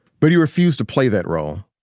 but he refused to play that role.